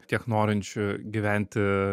tiek norinčių gyventi